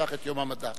נפתח את יום המדע.